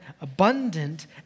abundant